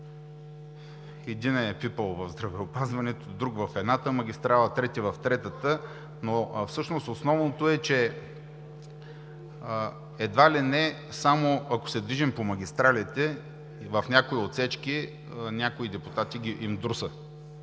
един е пипал в здравеопазването, друг – в едната магистрала, трети – в третата. Всъщност основното е, че едва ли не само ако се движим по магистралите в някои отсечки, на някои депутати им друса,